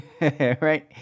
right